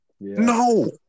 no